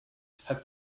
have